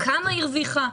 כמה היא הרוויחה,